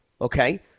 okay